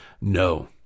No